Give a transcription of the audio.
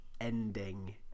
ending